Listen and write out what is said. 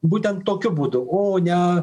būtent tokiu būdu o ne